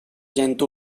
gent